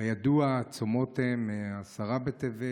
כידוע, הצומות הם עשרה בטבת,